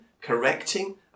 correcting